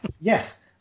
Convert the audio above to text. Yes